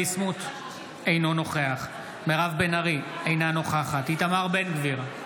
אינו נוכח מירב בן ארי, אינה נוכחת איתמר בן גביר,